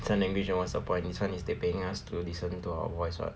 sign language then what's the point this [one] they paying us to listen to our voice [what]